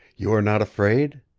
you are not afraid?